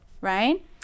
right